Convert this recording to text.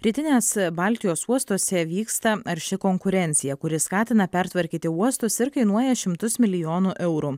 rytinės baltijos uostuose vyksta arši konkurencija kuri skatina pertvarkyti uostus ir kainuoja šimtus milijonų eurų